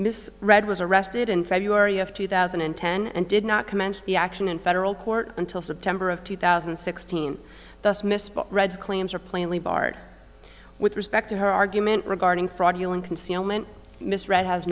mis read was arrested in february of two thousand and ten and did not commence the action in federal court until september of two thousand and sixteen thus miss reade's claims are plainly barred with respect to her argument regarding fraudulent concealment misread has